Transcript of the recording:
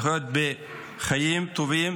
לחיות חיים טובים,